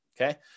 okay